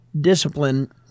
discipline